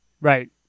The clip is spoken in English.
Right